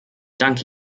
danke